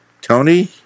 Tony